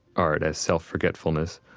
art, as self-forgetfulness.